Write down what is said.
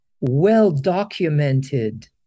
well-documented